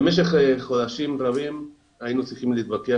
במשך חודשים רבים היינו צריכים להתווכח